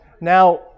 now